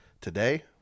today